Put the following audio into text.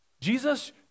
Jesus